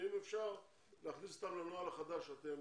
ואם אפשר להכניס אותם לנוהל החדש שאתם